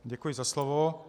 Děkuji za slovo.